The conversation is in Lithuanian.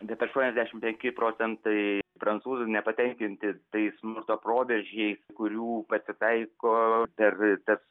net aštuoniasdešimt penki procentai prancūzų nepateikinti tais smurto proveržiais kurių pasitaiko per tas